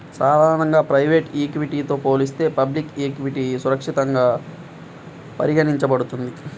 సాధారణంగా ప్రైవేట్ ఈక్విటీతో పోలిస్తే పబ్లిక్ ఈక్విటీ సురక్షితంగా పరిగణించబడుతుంది